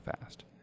fast